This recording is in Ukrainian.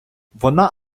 вона